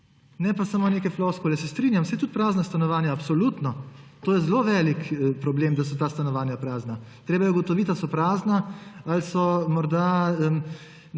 Ne pa samo neke floskule. Se strinjam, so tudi prazna stanovanja, absolutno, to je zelo velik problem, da so ta stanovanja prazna. Treba je ugotoviti, ali so prazna ali so morda